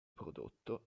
prodotto